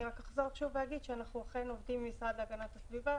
אני רק אחזור שוב ואגיד שאנחנו אכן עובדים עם המשרד להגנת הסביבה.